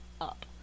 up